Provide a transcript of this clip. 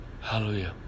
Hallelujah